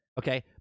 okay